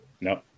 No